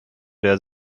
der